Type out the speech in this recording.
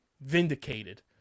vindicated